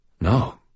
No